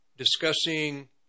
Discussing